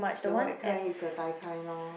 the white kind is the Thai kind lor